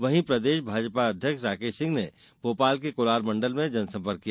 वहीं प्रदेश भाजपा अध्यक्ष राकेश सिंह ने भोपाल के कोलार मण्डल में जनसंपर्क किया